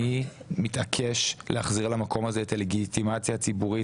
אני מתעקש להחזיר למקום הזה את הלגיטימציה הציבורית,